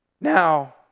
now